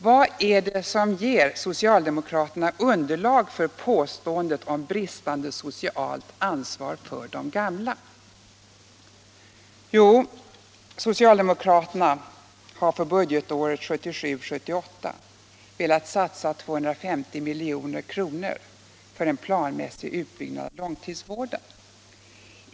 Vad är det som ger socialdemokraterna underlag för påståendet om bristande socialt ansvar för de gamla? Jo, socialdemokraterna har för budgetåret 1977/78 velat satsa 250 milj.kr. för en planmässig utbyggnad av långtidsvården.